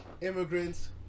Immigrants